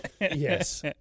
Yes